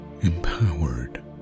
empowered